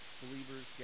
believers